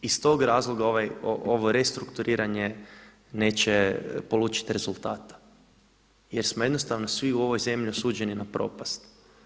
I iz tog razloga ovo restrukturiranje neće polučiti rezultata jer smo jednostavno svi u ovoj zemlji osuđeni na propast.